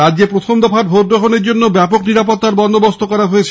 রাজ্যে প্রথম দফার ভোটগ্রহণের জন্য ব্যাপক নিরাপত্তার বন্দোবস্ত করা হয়েছে